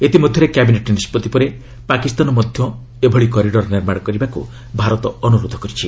ଇତିମଧ୍ୟରେ କ୍ୟାବିନେଟ୍ ନିଷ୍କଭି ପରେ ପାକିସ୍ତାନ ମଧ୍ୟ ଏଭଳି କରିଡ଼ର ନିର୍ମାଣ କରିବାକୁ ଭାରତ ଅନୁରୋଧ କରିଛି